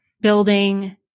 building